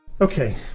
Okay